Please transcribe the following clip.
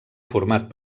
format